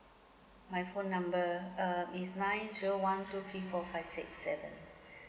my phone number uh is nine zero one two three four five six seven